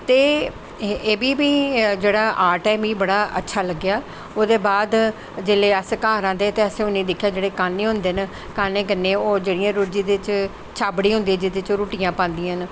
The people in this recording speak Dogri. ते एह् बी जेह्ड़ा आर्ट ऐ एह् मीगी बड़ा अच्छा लग्गेआ जे जिसलै अस घर आंदे ते असैं उ'नें गी दिक्खेआ जेह्ड़े कान्नें होंदे न कान्नें कन्नै ओह् जेह्ड़ियां छाबड़ियां होंदियां जेह्दे च ओह् रुट्टी पांदियां न